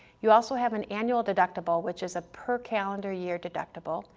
you also have an annual deductible which is a per calendar year deductible,